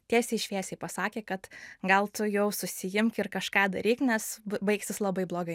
tiesiai šviesiai pasakė kad gal tu jau susiimk ir kažką daryk nes baigsis labai blogai